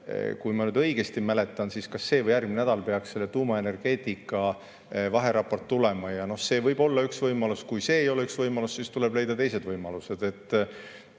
Kui ma nüüd õigesti mäletan, siis kas see või järgmine nädal peaks tuumaenergeetika vaheraport tulema. See võib olla üks võimalus. Kui see ei ole üks võimalus, siis tuleb leida teised võimalused.